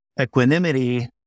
Equanimity